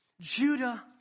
Judah